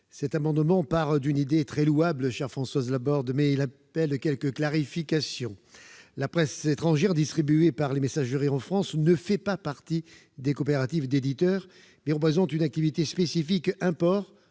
partent d'une idée très louable, chère Françoise Laborde, mais elles appellent quelques clarifications. La presse étrangère distribuée par les messageries en France ne fait pas partie des coopératives d'éditeurs, mais représente une activité spécifique « import